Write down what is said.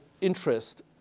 interest